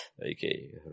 okay